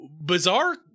bizarre